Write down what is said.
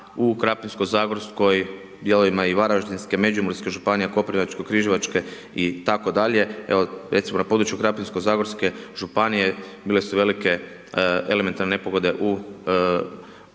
u Krapinsko-zagorskoj, dijelovima i Varaždinske, Međimurske županije, Koprivničko-križevačke itd. Evo recimo na području Krapinsko-zagorske županije bile su velike elementarne nepogode u prošle